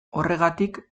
horregatik